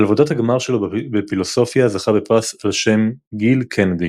על עבודת הגמר שלו בפילוסופיה זכה בפרס ע"ש גייל קנדי.